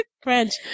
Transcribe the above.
French